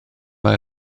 mae